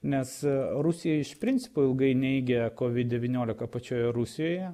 nes rusija iš principo ilgai neigė covid devyniolika pačioje rusijoje